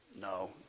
No